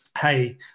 hey